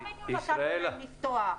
לאבניו נתתם לפתוח.